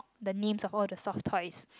the names of all the soft toys